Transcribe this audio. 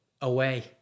away